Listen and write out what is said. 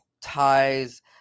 ties